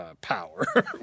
power